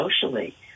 socially